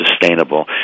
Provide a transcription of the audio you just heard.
sustainable